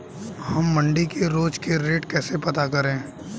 हम मंडी के रोज के रेट कैसे पता करें?